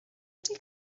ydy